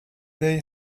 they